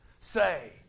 say